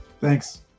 Thanks